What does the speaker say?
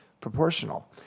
proportional